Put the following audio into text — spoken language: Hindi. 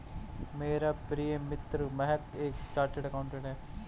मेरी प्रिय मित्र महक एक चार्टर्ड अकाउंटेंट है